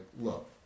look